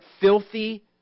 filthy